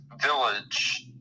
village